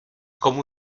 komu